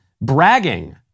bragging